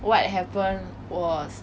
what happened was